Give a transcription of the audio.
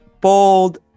bold